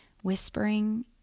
Whispering